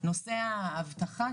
נושא האבטחה,